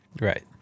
right